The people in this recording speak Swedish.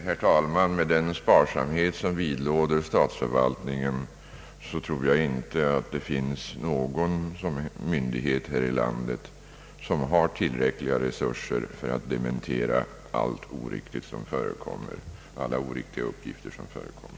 Herr talman! Med den sparsamhet som vidlåder statsförvaltningen tror jag inte att det finns någon myndighet här i landet, som har tillräckliga resurser för att dementera alla oriktiga uppgifter som förekommer.